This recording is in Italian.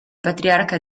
patriarca